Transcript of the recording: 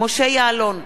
משה יעלון,